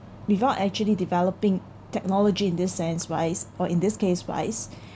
without actually developing technology in this sense wise or in this case wise